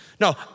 No